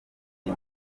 iyi